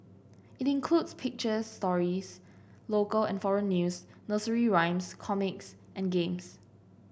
it includes picture stories local and foreign news nursery rhymes comics and games